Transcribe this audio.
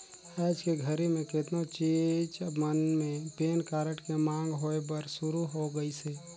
आयज के घरी मे केतनो चीच मन मे पेन कारड के मांग होय बर सुरू हो गइसे